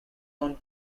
owned